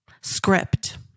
script